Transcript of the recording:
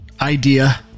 idea